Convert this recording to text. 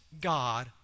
God